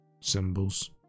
symbols